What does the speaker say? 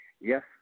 yes